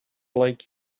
like